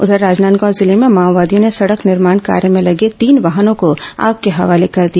उधर राजनांदगांव जिले में माओवादियों ने सड़क निर्माण कार्य में लगे तीन वाहनों को आग के हवाले कर दिया